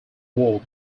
war